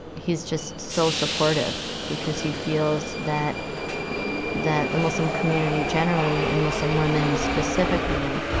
he's just so supportive because he feels that the the muslim community generally, and muslim women specifically,